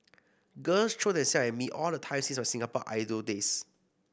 girls throw them self at me all the time since my Singapore Idol days